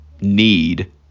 need